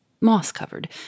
moss-covered